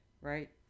right